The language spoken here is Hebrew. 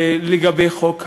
לגבי חוק הלאום.